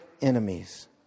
enemies